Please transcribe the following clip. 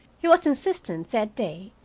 he was insistent, that day,